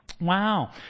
Wow